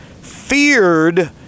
feared